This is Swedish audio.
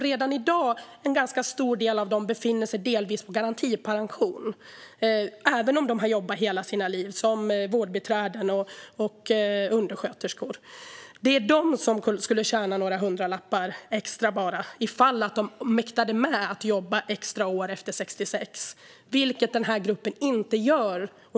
Redan i dag befinner sig en ganska stor del av dem delvis på garantipension även om de har jobbat hela livet som vårdbiträden och undersköterskor. Det är de som skulle tjäna bara några hundralappar om de mäktade med att jobba extra år efter 66 års ålder, vilket den här gruppen inte gör.